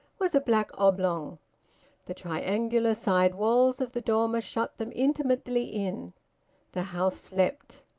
was a black oblong the triangular side walls of the dormer shut them intimately in the house slept.